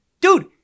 dude